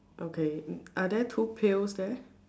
okay are there two pills there